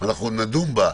נדון בה,